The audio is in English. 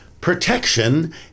protection